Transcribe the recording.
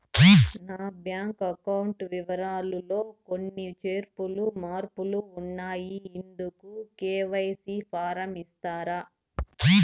నా bank account వివరాలు లో కొన్ని చేర్పులు మార్పులు ఉన్నాయి, ఇందుకు కె.వై.సి ఫారం ఇస్తారా?